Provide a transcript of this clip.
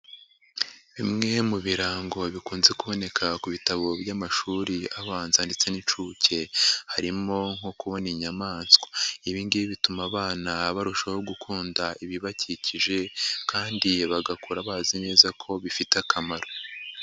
Bimwe mu birango bikunze kuboneka ku bitabo by'amashuri abanza ndetse n'inshuke, harimo nko kubona inyamaswa. Ibingibi bituma abana barushaho gukunda ibibakikije, kandi bagakura bazi neza ko bifite akamaro.